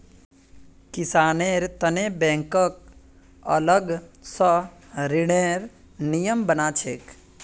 किसानेर तने बैंकक अलग स ऋनेर नियम बना छेक